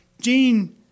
Jean